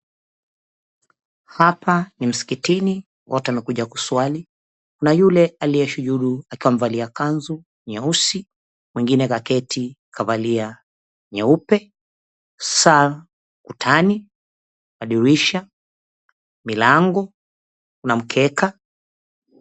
Hapa ni msikitini, watu wamekuja kuswali na yule aliyeshujudu akiwa amevalia kanzu nyeusi, mwengine kaketi kavalia nyeupe, saa kutani, madirisha, milango, kuna mkeka.